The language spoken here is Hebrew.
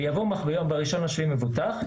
יבוא ב-1 ביולי מבוטח,